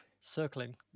circling